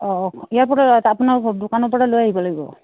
অঁ ইয়াৰ পৰা আপোনাৰ দোকানৰ পৰা লৈ আহিব লাগিব